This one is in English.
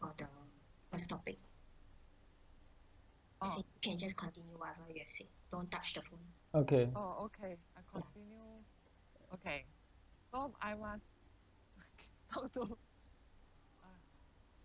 okay